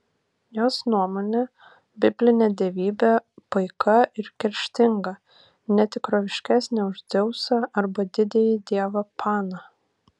jos nuomone biblinė dievybė paika ir kerštinga ne tikroviškesnė už dzeusą arba didįjį dievą paną